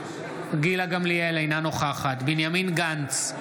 אינה נוכחת בנימין גנץ,